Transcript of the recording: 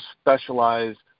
specialized